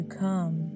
come